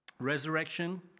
Resurrection